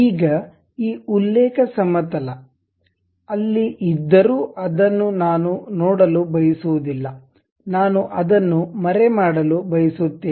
ಈಗ ಈ ಉಲ್ಲೇಖ ಸಮತಲ ಅಲ್ಲಿ ಇದ್ದರೂ ಅದನ್ನು ನಾನು ನೋಡಲು ಬಯಸುವುದಿಲ್ಲ ನಾನು ಅದನ್ನು ಮರೆಮಾಡಲು ಬಯಸುತ್ತೇನೆ